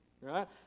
right